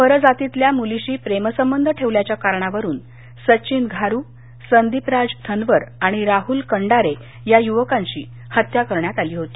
पर जातीतल्या मुलीशी प्रेम संबंध ठेवल्याच्या कारणावरून सचिन घारू संदिपराज थनवर आणि राहुल कंडारे या युवकांची हत्या करण्यात आली होती